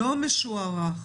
לא המשוערך,